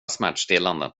smärtstillande